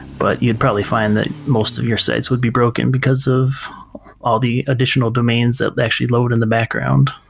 but you'd probably find that most of your sites would be broken because of all the additional domains that actually load in the background.